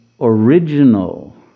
original